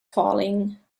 falling